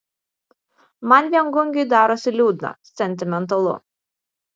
man viengungiui darosi liūdna sentimentalu